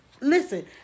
Listen